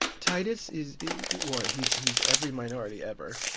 titus is well, he's he's every minority ever